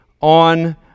on